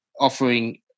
offering